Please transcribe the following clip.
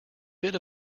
bit